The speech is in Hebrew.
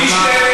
מי,